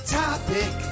topic